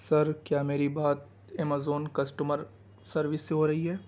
سر کیا میری بات ایمزون کسٹمر سروس سے ہو رہی ہے